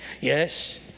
Yes